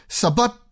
sabat